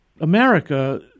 America